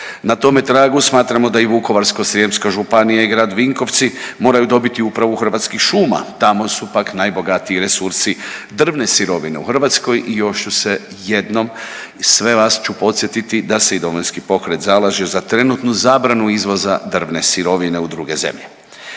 Na tome tragu smatramo da i Vukovarsko-srijemska županija i grad Vinkovci moraju dobiti upravu Hrvatskih šuma. Tamo su pak najbogatiji resursi drvne sirovine u Hrvatskoj i još ću se jednom, i sve vas ću podsjetiti da se i Domovinski pokret zalaže za trenutnu zabranu izvoza drvne sirovine u druge zemlje.